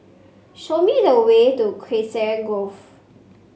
show me the way to Grove